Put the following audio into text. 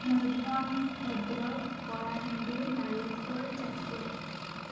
Mayurbhanj Bhadrak Kalahandi Balasore Jajpur